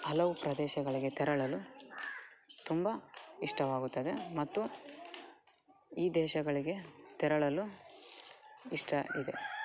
ಹಲವು ಪ್ರದೇಶಗಳಿಗೆ ತೆರಳಲು ತುಂಬ ಇಷ್ಟವಾಗುತ್ತದೆ ಮತ್ತು ಈ ದೇಶಗಳಿಗೆ ತೆರಳಲು ಇಷ್ಟ ಇದೆ